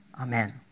Amen